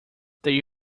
they